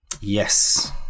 Yes